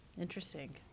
interesting